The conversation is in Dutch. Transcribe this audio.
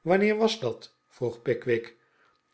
wanneer was dat vroeg pickwick